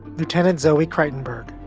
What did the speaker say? lieutenant zoe crichtonburg.